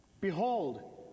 behold